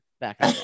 back